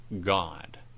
God